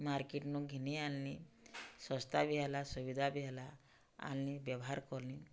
ମାର୍କେଟ୍ନୁ ଘିନି ଆନ୍ଲି ଶସ୍ତା ବି ହେଲା ସୁବିଧା ବି ହେଲା ଆନ୍ଲି ବ୍ୟବହାର କଲି